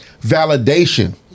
validation